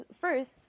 first